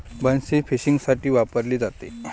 बन्सी फिशिंगसाठी वापरली जाते